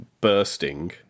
bursting